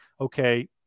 Okay